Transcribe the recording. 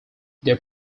their